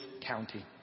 county